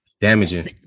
damaging